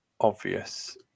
obvious